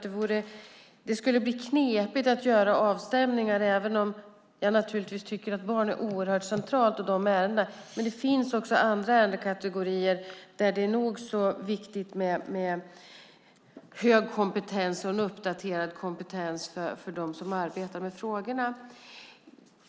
Det skulle också bli knepigt att göra avstämningar. Givetvis är ärenden med barn oerhört centrala, men det finns också andra ärendekategorier där det är nog så viktigt med hög och uppdaterad kompetens för dem som arbetar med frågorna.